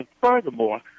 furthermore